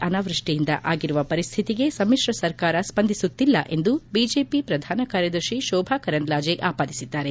ಅನಾವೃಷ್ಟಿಯಿಂದ ಆಗಿರುವ ಪರಿಸ್ಥಿತಿಗೆ ಸಮಿತ್ರ ಸರ್ಕಾರ ಸ್ಪಂದಿಸುತ್ತಿಲ್ಲ ಎಂದು ಬಿಜೆಪಿ ಪ್ರಧಾನ ಕಾರ್ಯದರ್ಶಿ ಶೋಭಾ ಕರಂದ್ಲಾಜೆ ಆಪಾದಿಸಿದ್ದಾರೆ